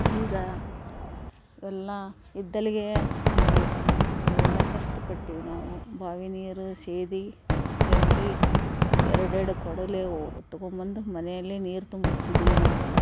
ಈಗ ಎಲ್ಲ ಇದ್ದಲ್ಲಿಗೇ ಐತಿ ಅವಾಗೆಲ್ಲ ಕಷ್ಟ್ಪಟ್ಟಿವಿ ನಾವು ಬಾವಿ ನೀರು ಸೇದಿ ಜಗ್ಗಿ ಎರಡು ಎರಡು ಕೊಡಲೇವು ಹೊತ್ಕೊಂಬಂದ್ ಮನೆಯಲ್ಲಿ ನೀರು ತುಂಬಿಸ್ತಿದ್ದೀವಿ ನಾವೆಲ್ಲ